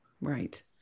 right